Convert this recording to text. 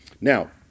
Now